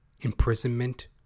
Imprisonment